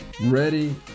ready